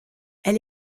elle